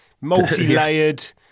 multi-layered